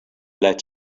let